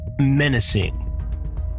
menacing